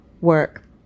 work